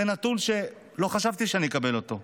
זה נתון שלא חשבתי שאקבל אותו.